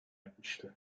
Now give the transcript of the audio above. etmişti